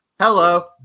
Hello